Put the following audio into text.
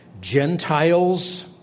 Gentiles